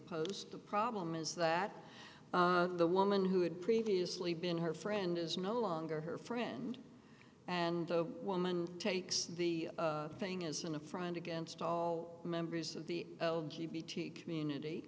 post the problem is that the woman who had previously been her friend is no longer her friend and the woman takes the thing as an affront against all members of the bt community